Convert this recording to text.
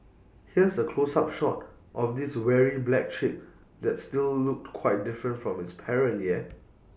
here's A close up shot of this weary black chick that still looked quite different from its parent yeah